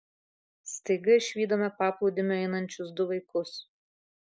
staiga išvydome paplūdimiu einančius du vaikus